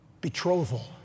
Betrothal